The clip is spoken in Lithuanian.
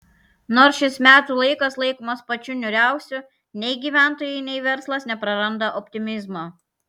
nors šis metų laikas laikomas pačiu niūriausiu nei gyventojai nei verslas nepraranda optimizmo